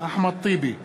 אחמד טיבי,